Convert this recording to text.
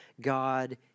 God